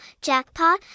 jackpot